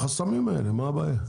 החסמים האלה, מה הבעיה?